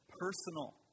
Personal